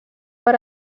per